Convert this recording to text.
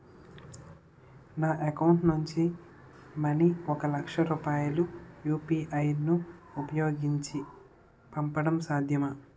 నా అకౌంట్ నుంచి మనీ ఒక లక్ష రూపాయలు యు.పి.ఐ ను ఉపయోగించి పంపడం సాధ్యమా?